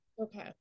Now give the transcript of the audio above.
okay